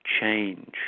change